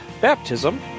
baptism